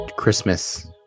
Christmas